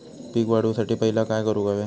पीक वाढवुसाठी पहिला काय करूक हव्या?